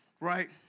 Right